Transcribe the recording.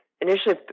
Initially